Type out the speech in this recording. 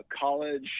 college